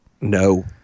no